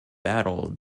battle